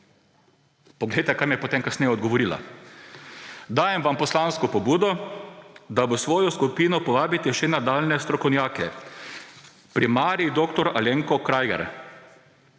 Poglejte, kaj mi je potem kasneje odgovorila. Dajem vam poslansko pobudo, da v svojo skupino povabite še nadaljnje strokovnjake: prim. dr. Alenko Kraigher.